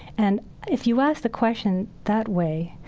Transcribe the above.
and if you ask the question that way,